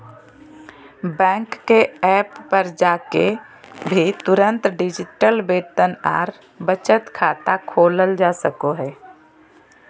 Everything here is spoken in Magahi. बैंक के एप्प पर जाके भी तुरंत डिजिटल वेतन आर बचत खाता खोलल जा सको हय